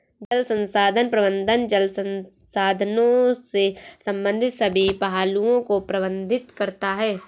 जल संसाधन प्रबंधन जल संसाधनों से संबंधित सभी पहलुओं को प्रबंधित करता है